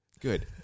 Good